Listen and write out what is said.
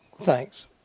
Thanks